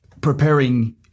preparing